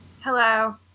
Hello